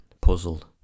puzzled